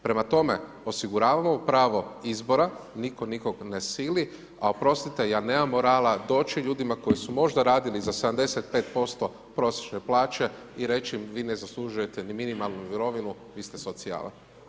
Prema tome, osiguravamo pravo izbora, nitko nikog ne sili, a oprostite ja nemam morala doći ljudima koji su možda radili za 75% prosječne plaće i reći im vi ne zaslužujete ni minimalnu mirovinu, vi ste socijala.